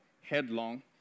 headlong